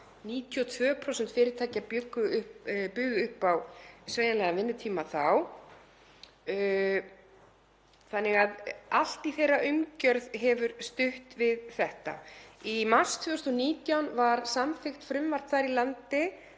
92% fyrirtækja buðu upp á sveigjanlegan vinnutíma þá. Allt í þeirra umgjörð hefur stutt við þetta. Í mars 2019 var samþykkt frumvarp þar í landi